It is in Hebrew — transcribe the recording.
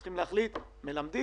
צריכים להחליט שמלמדים,